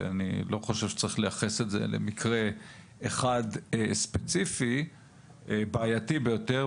ואני לא חושב שצריך לייחס את זה למקרה אחד ספציפי בעייתי ביותר.